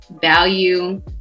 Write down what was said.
value